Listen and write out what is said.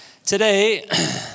Today